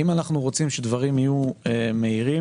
אם אנחנו רוצים שדברים יהיו מהירים,